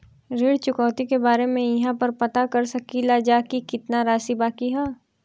ऋण चुकौती के बारे इहाँ पर पता कर सकीला जा कि कितना राशि बाकी हैं?